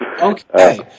Okay